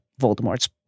Voldemort's